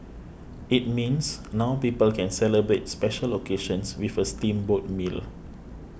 it means now people can celebrate special occasions with a steamboat meal